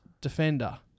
Defender